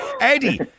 Eddie